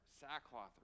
sackcloth